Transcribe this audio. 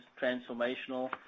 transformational